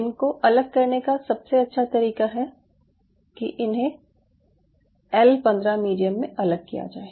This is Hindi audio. इनको अलग करने का सबसे अच्छा तरीका है कि इन्हें एल 15 मीडियम में अलग किया जाये